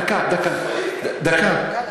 דקה, דקה, דקה.